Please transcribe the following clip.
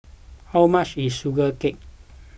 how much is Sugee Cake